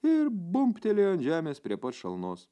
ir bumbtelėjo ant žemės prie pat šalnos